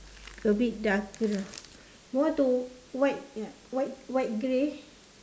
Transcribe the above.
a bit darker more to white ya white white grey